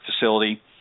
facility